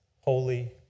holy